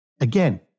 again